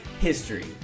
history